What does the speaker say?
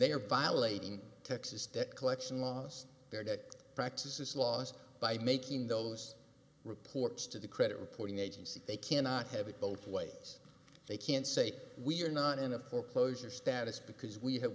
they are violating texas debt collection laws there that practices laws by making those reports to the credit reporting agency they cannot have it both ways they can say we are not in a foreclosure status because we have